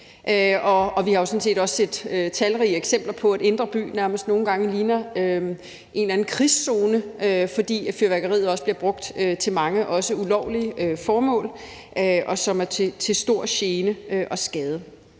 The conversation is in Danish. og vi har jo sådan set også set talrige eksempler på, at indre by nærmest nogle gange ligner en eller anden krigszone, fordi fyrværkeriet også bliver brugt til mange ulovlige formål, som er til stor gene og skade.